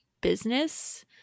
business